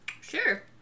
Sure